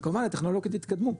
וכמובן הטכנולוגיות יתקדמו,